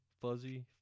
fuzzy